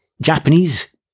Japanese